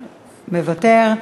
מוותר.